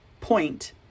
point